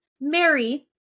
Mary